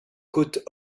côte